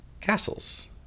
castles